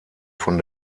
von